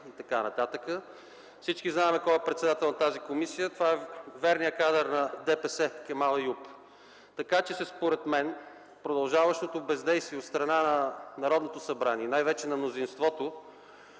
и така нататък. Всички знаем кой е председател на тази комисия. Това е верният кадър на ДПС Кемал Еюп. Според мен продължаващото бездействие от страна на Народното събрание, най-вече на мнозинството,